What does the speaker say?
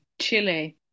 Chile